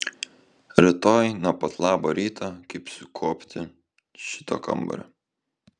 rytoj nuo pat labo ryto kibsiu kuopti šito kambario